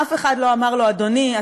אף אחד לא אמר לו: אדוני,